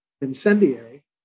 incendiary